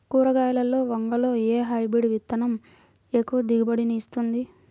కూరగాయలలో వంగలో ఏ హైబ్రిడ్ విత్తనం ఎక్కువ దిగుబడిని ఇస్తుంది?